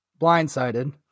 blindsided